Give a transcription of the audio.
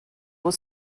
will